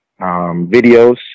videos